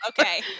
Okay